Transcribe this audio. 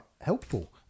helpful